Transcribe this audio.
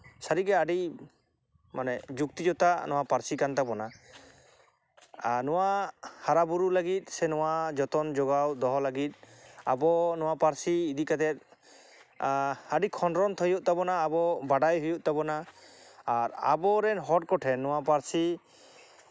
ᱥᱟᱹᱨᱤᱜᱮ ᱟᱹᱰᱤ ᱡᱩᱠᱛᱤ ᱡᱩᱠᱛᱚ ᱱᱚᱣᱟ ᱯᱟᱹᱨᱥᱤ ᱠᱟᱱ ᱛᱟᱵᱚᱱᱟ ᱟᱨ ᱱᱚᱣᱟ ᱦᱟᱨᱟᱼᱵᱩᱨᱩ ᱞᱟᱹᱜᱤᱫ ᱥᱮ ᱱᱚᱣᱟ ᱡᱚᱛᱚᱱ ᱡᱚᱜᱟᱣ ᱫᱚᱦᱚ ᱞᱟᱹᱜᱤᱫ ᱟᱵᱚ ᱱᱚᱣᱟ ᱯᱟᱹᱨᱥᱤ ᱤᱫᱤ ᱠᱟᱛᱮᱫ ᱟᱹᱰᱤ ᱠᱷᱚᱸᱫᱽᱨᱚᱸᱫᱽ ᱦᱳᱭᱳᱜ ᱛᱟᱵᱚᱱᱟ ᱟᱵᱚ ᱵᱟᱰᱟᱭ ᱦᱩᱭᱩᱜ ᱛᱟᱵᱚᱱᱟ ᱟᱨ ᱟᱵᱚᱨᱮᱱ ᱦᱚᱲ ᱠᱚᱴᱷᱮᱱ ᱱᱚᱣᱟ ᱯᱟᱹᱨᱥᱤ